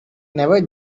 never